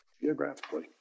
Geographically